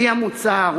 על-פי המוצע,